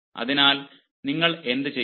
അതിനാൽ നിങ്ങൾ അത് എങ്ങനെ ചെയ്യും